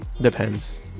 Depends